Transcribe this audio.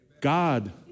God